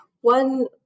one